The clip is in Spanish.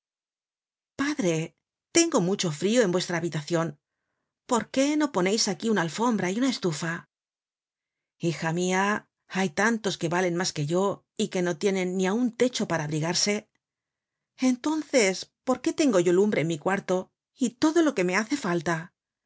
padre tengo mucho frio en vuestra habitacion por qué no poneis aquí una alfombra y una estufa hija mia hay tantos que valen mas que yo y que no tienen ni aun techo para abrigarse entonces por qué tengo yo lumbre en mi cuarto y todo lo que me hace